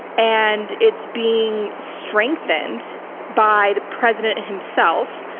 and it's being strengthened by the president himself,